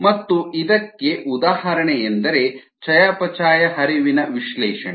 ಮತ್ತು ಇದಕ್ಕೆ ಉದಾಹರಣೆಯೆಂದರೆ ಚಯಾಪಚಯ ಹರಿವಿನ ವಿಶ್ಲೇಷಣೆ